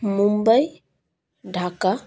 Mumbai Dhaka